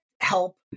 help